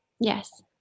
Yes